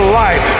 life